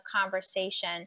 conversation